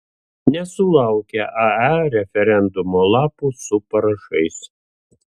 nesulaukia ae referendumo lapų su parašais